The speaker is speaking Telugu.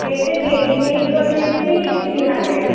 రేట్ కేజీకి వచ్చేసి త్రీ హండ్రెడ్